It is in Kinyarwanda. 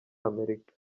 amerika